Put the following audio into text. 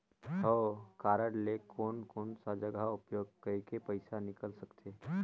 हव कारड ले कोन कोन सा जगह उपयोग करेके पइसा निकाल सकथे?